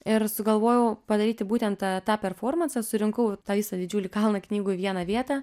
ir sugalvojau padaryti būtent tą performansą surinkau tą visą didžiulį kalną knygų į vieną vietą